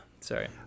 Sorry